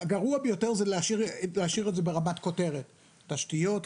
הגרוע ביותר זה להשאיר את זה ברמת כותרת כמו תשתיות,